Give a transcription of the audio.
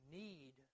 need